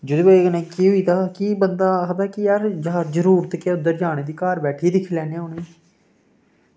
जेह्दी वजह केह् होई जंदा कि बंदा आखद कि यार जरूरत केह् ऐ उद्धर जाने दी घर बैठियै गै दिक्खी लैन्ने आं उ'नेंगी